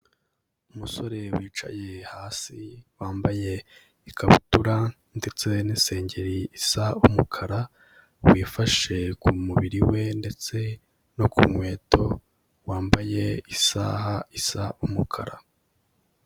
Umusore wicaye hasi wambaye ikabutura ndetse n'isengeri isa umukara, wifashe ku mubiri we ndetse no ku nkweto, wambaye isaha isa umukara.